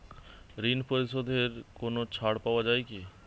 ঋণ পরিশধে কোনো ছাড় পাওয়া যায় কি?